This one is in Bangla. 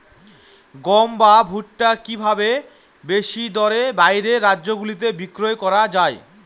গম বা ভুট্ট কি ভাবে বেশি দরে বাইরের রাজ্যগুলিতে বিক্রয় করা য়ায়?